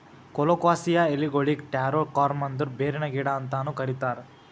colocasia ಎಲಿಗೊಳಿಗ್ taro corm ಅಂದುರ್ ಬೇರಿನ ಗಿಡ ಅಂತನು ಕರಿತಾರ್